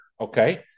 okay